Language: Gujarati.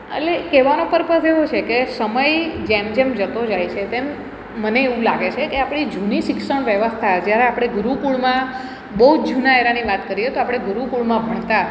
એટલે કહેવાનો પર્પસ એવો છે કે સમય જેમ જેમ જતો જાય છે તેમ તેમ મને એવું લાગે છે કે આપણી જૂની શિક્ષણ વ્યવસ્થા જ્યારે આપણે ગુરુકુળમાં બહુ જ જૂના એરાની વાત કરીએ તો આપણે ગુરુકુળમાં ભણતા